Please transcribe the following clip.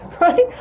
right